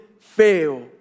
fail